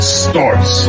starts